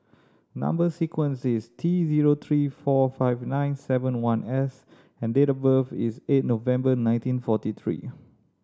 number sequence is T zero three four five nine seven one S and date of birth is eight November nineteen forty three